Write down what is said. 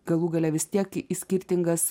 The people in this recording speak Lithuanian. galų gale vis tiek į skirtingas